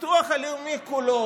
הביטוח הלאומי כולו,